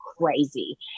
crazy